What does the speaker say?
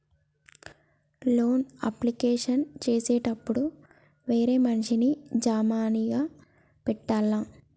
Loan application చేసేటప్పుడు వేరే మనిషిని జామీన్ గా పెట్టాల్నా?